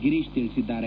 ಗಿರೀಶ್ ತಿಳಿಸಿದ್ದಾರೆ